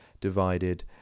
divided